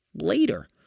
later